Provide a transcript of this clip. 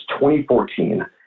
2014